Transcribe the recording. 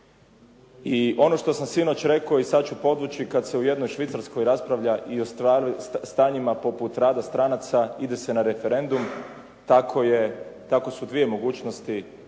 I ono što sam sinoć rekao i sad ću podvući, kad se u jednoj Švicarskoj raspravlja i o stanjima poput rada stranaca, ide se na referendum. Tako su dvije mogućnosti